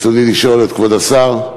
ברצוני לשאול את כבוד השר: